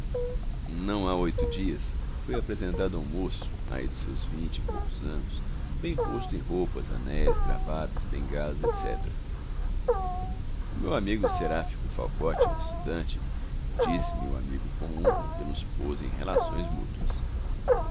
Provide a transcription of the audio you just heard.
não há oito dias fui apresentado a um moço aí dos seus vinte e poucos anos bem posto em roupas anéis gravatas bengalas etc o meu amigo seráfico falcote estudante disse-me o amigo comum que nos pôs em relações mútuas